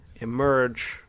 emerge